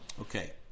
Okay